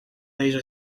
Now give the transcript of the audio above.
deze